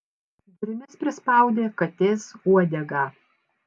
durimis prispaudė katės uodegą